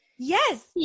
Yes